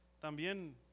también